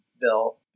bill